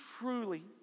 truly